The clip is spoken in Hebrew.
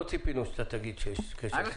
לא ציפינו שתגיד שיש קשר.